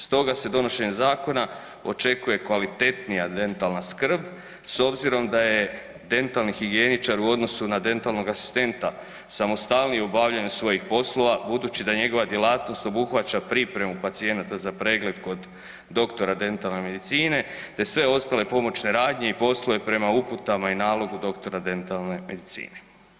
Stoga se donošenje zakona očekuje kvalitetnija dentalna skrb, s obzirom da je dentalni higijeničar, u odnosu na dentalnog asistenta samostalniji u obavljanju svojih poslova budući da njegova djelatnost obuhvaća pripremu pacijenata za pregled kod doktora dentalne medicine te sve ostale pomoćne radnje i poslove prema uputama i nalogu doktora dentalne medicine.